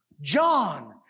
John